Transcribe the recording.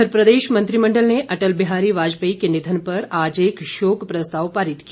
इधर प्रदेश मंत्रिमंडल ने अटल बिहारी वाजपेयी के निधन पर आज एक शोक प्रस्ताव पारित किया